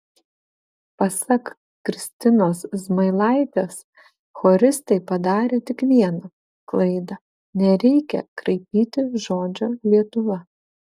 pasak kristinos zmailaitės choristai padarė tik vieną klaidą nereikia kraipyti žodžio lietuva